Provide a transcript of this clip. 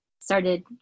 started